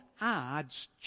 adds